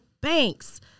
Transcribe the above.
banks